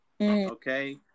okay